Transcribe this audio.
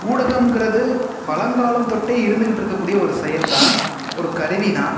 ஊடகம்ங்கிறது பழங்காலம் தொட்டு இருந்துகிட்டு இருக்க கூடிய ஓரு செயல் தான் ஒரு கருவி தான்